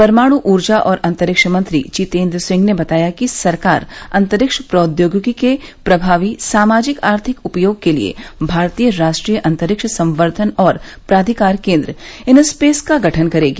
परमाणु ऊर्जा और अंतरिक्ष मंत्री जीतेंद्र सिंह ने बताया कि सरकार अंतरिक्ष प्रौद्योगिकी के प्रभावी सामाजिक आर्थिक उपयोग के लिए भारतीय राष्ट्रीय अंतरिक्ष संवर्धन और प्राधिकार केंद्र इनस्पेस का गठन करेगी